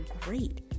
great